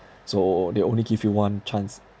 so they only give you one chance